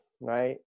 right